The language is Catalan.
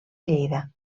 lleida